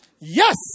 Yes